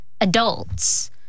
adults